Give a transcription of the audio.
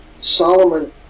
Solomon